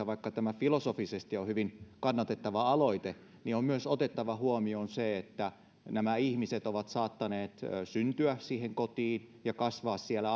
vaikka tämä filosofisesti on hyvin kannatettava aloite niin on myös otettava huomioon se että nämä ihmiset ovat saattaneet syntyä siihen kotiin ja kasvaa siellä